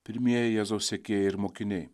pirmieji jėzaus sekėjai ir mokiniai